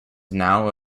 now